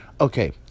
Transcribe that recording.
okay